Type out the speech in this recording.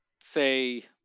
say